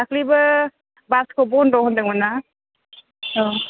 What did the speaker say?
दाख्लैबो बासखौ बन्द' होन्दोंमोन ना औ